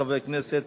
חבר הכנסת